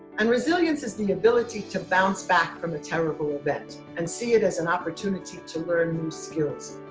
and resilience is the ability to bounce back from a terrible event and see it as an opportunity to learn new skills.